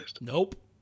Nope